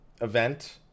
event